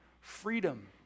freedom